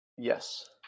yes